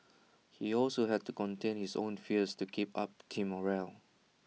he also had to contain his own fears to keep up team morale